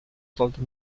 sollte